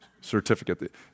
Certificate